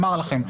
אמר לכם,